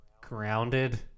grounded